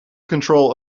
control